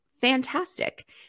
Fantastic